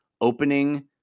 opening